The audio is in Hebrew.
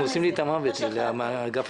אנחנו נמצאים פה מעט חברי כנסת.